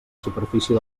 superfície